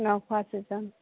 নখোৱা season